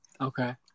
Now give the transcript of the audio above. Okay